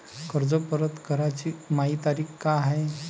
कर्ज परत कराची मायी तारीख का हाय?